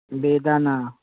বেদানা